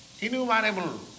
innumerable